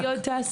והיא עוד תעשה.